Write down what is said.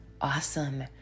awesome